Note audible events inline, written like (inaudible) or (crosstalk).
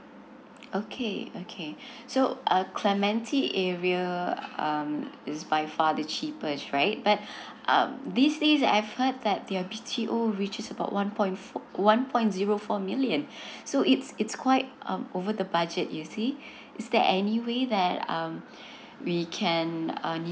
okay okay so uh clementi area um is by far the cheapest right but (breath) um these days I've heard that their B T O which is about one point fo~ one point zero four million (breath) so it's it's quite um over the budget you see (breath) is there any way that um (breath) we can uh